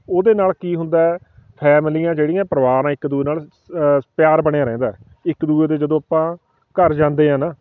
ਉਹਦੇ ਨਾਲ ਕੀ ਹੁੰਦਾ ਹੈ ਫੈਮਲੀਆਂ ਜਿਹੜੀਆਂ ਪਰਿਵਾਰ ਆ ਇੱਕ ਦੂਜੇ ਨਾਲ ਸ ਪਿਆਰ ਬਣਿਆ ਰਹਿੰਦਾ ਇੱਕ ਦੂਜੇ ਦੇ ਜਦੋਂ ਆਪਾਂ ਘਰ ਜਾਂਦੇ ਹਾਂ ਨਾ